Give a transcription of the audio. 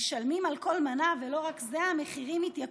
משלמים על כל מנה, ולא רק זה, המחירים עלו.